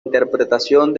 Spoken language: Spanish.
interpretación